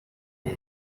کمک